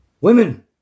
Women